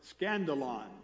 Scandalon